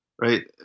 right